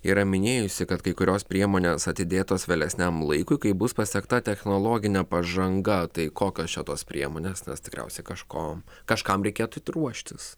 yra minėjusi kad kai kurios priemonės atidėtos vėlesniam laikui kai bus pasiekta technologinė pažanga tai kokios čia tos priemonės nes tikriausiai kažko kažkam reikėtų eit ruoštis